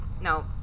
no